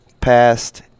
past